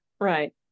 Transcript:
right